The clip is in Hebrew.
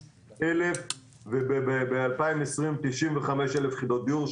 130,000. ב-2019 אושרו 140,000 וב-2020 אושרו 95,000 יחידות דיור,